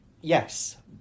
yes